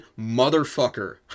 motherfucker